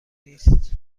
نیست